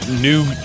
new –